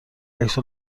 عکس